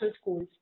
schools